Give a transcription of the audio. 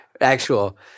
Actual